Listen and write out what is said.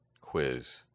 Quiz